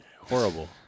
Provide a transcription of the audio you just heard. Horrible